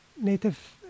Native